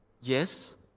Yes